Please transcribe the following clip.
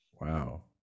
Wow